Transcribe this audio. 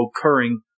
occurring